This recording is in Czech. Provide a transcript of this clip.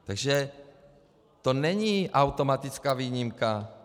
Takže to není automatická výjimka.